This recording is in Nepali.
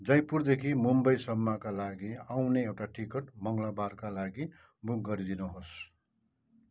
जयपुरदेखि मुम्बईसम्मका लागि आउने एउटा टिकट मङ्गलबारका लागि बुक गरिदिनुहोस्